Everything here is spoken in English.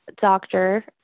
doctor